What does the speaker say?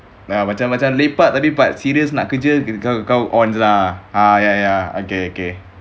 dah macam macam lepak tadi part serious nak kerja kau on aje lah ya ya ya